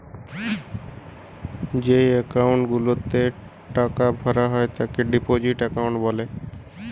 যেই একাউন্ট গুলাতে টাকা ভরা হয় তাকে ডিপোজিট একাউন্ট বলে